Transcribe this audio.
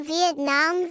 Vietnam